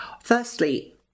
Firstly